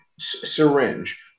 syringe